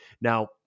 Now